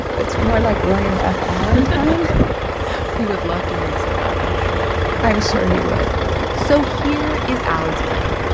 it's more like william f. allen time he would love to hear you say that, i'm sure i'm sure he would so here is allen's plan.